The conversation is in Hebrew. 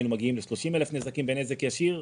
היינו מגיעים ל-30,000 נזקים בנזק ישיר,